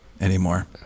anymore